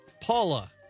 Paula